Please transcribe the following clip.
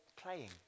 playing